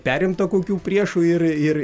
perimta kokių priešų ir ir